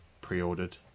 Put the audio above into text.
pre-ordered